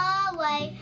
away